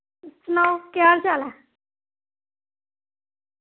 सनाओ केह् हाल चाल ऐ